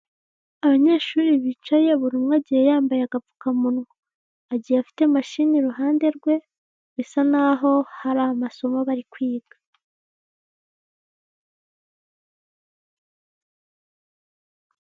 Abanyeshuri bicaye buri umwe agiye yambaye agapfukamunwa agiye afite mashini iruhande rwe bisa naho hari amasomo bari kwiga.